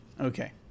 Okay